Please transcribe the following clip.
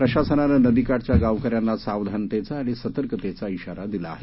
प्रशासनाने नदी काठच्या गावकऱ्यांना सावधानतेचा आणि सतर्कतेचा इशारा दिला आहे